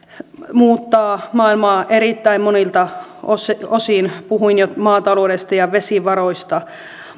muuttaa maailmaa erittäin monilta osin puhuin jo maataloudesta ja vesivaroista